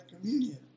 communion